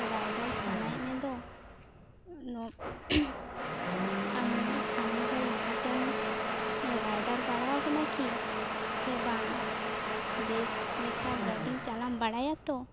rider ᱥᱟᱱᱟᱭᱮᱫ ᱢᱮᱫᱚ ᱱᱚᱜ ᱟᱢ ᱟᱢ ᱫᱚ ᱞᱟᱦᱟᱛᱮᱢ ᱨᱟᱭᱰᱟᱨ ᱵᱟᱲᱟᱣ ᱠᱟᱱᱟ ᱠᱤ ᱥᱮᱵᱟᱝ ᱵᱮᱥ ᱞᱮᱠᱟ ᱜᱟᱹᱰᱤ ᱪᱟᱞᱟᱣᱮᱢ ᱵᱟᱰᱟᱭᱟ ᱛᱚ